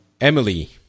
emily